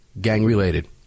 Gang-related